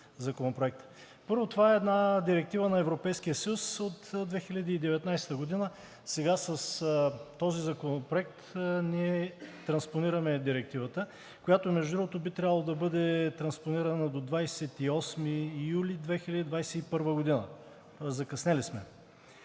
Първо, това е една Директива на Европейския съюз от 2019 г. Сега с този законопроект, ние транспонираме Директивата, която между другото, би трябвало да бъде транспонирана до 28 юли 2021 г., тоест закъснели сме.